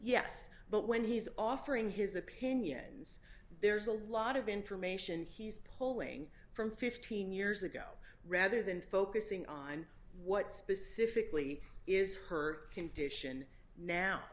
yes but when he's offering his opinions there's a lot of information he's pulling from fifteen years ago rather than focusing on what specifically is her condition now